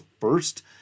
first